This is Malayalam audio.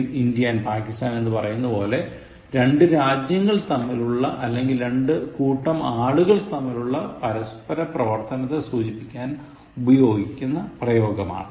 ' എന്ൻ പറയുന്നതുപോലെ രണ്ടു രാജ്യങ്ങൾ തമ്മിലുള്ള അല്ലെങ്കിൽ ഒരു കൂട്ടം ആളുകൾ തമ്മിലുള്ള പരസ്പര പ്രവർത്തനത്തെ സൂചിപ്പിക്കാൻ ഉപയോഗിക്കുന്ന പ്രയോഗമാണ്